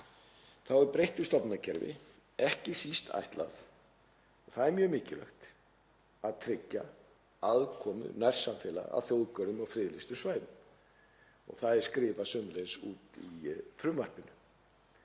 Þá er breyttu stofnanakerfi ekki síst ætlað, og það er mjög mikilvægt, að tryggja aðkomu nærsamfélaga að þjóðgörðum og friðlýstum svæðum. Það er sömuleiðis skrifað út í frumvarpinu,